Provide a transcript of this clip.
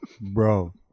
Bro